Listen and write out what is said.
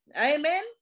amen